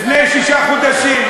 לפני שישה חודשים,